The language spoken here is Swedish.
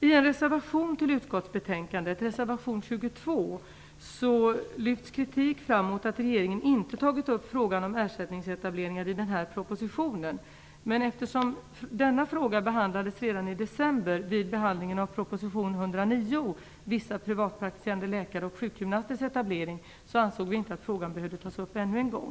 I en reservation till utskottsbetänkandet, reservation 22, lyfts kritik fram mot att regeringen inte tagit upp frågan om ersättningsetableringar i denna proposition. Eftersom denna fråga behandlades redan i december, vid behandlingen av proposition 109 Vissa privatpraktiserande läkares och sjukgymnasters etablering, ansåg vi inte att frågan behövde tas upp ännu en gång.